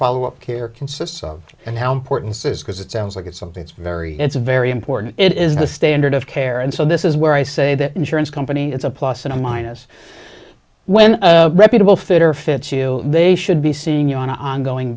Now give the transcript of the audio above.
follow up care consists of and how important this is because it sounds like it's something it's very it's very important it is the standard of care and so this is where i say that insurance companies it's a plus and minus when reputable fitter fits you they should be seeing you on an ongoing